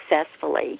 successfully